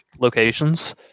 locations